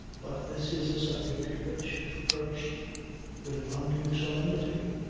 but this is a subject which, if approached with undue solemnity,